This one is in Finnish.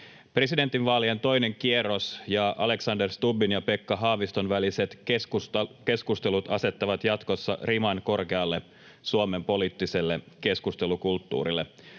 Presidentinvaalien toinen kierros ja Alexander Stubbin ja Pekka Haaviston väliset keskustelut asettavat jatkossa riman korkealle Suomen poliittiselle keskustelukulttuurille.